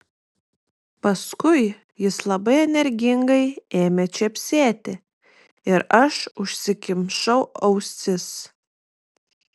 paskui jis labai energingai ėmė čepsėti ir aš užsikimšau ausis